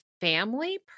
family